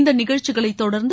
இந்த நிகழ்ச்சிகளைத் தொடர்ந்து